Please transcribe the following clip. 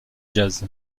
jazz